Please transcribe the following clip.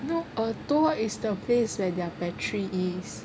no 耳朵 is the place where their battery is